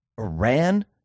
Iran